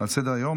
אין מתנגדים.